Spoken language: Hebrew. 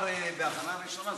עברה בקריאה ראשונה,